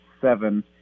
seven